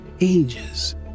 ages